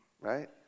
right